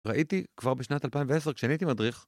ראיתי כבר בשנת 2010 כשאני הייתי מדריך